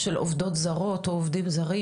של עובדות זרות או עובדים זרים,